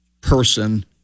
person